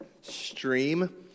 stream